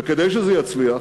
וכדי שזה יצליח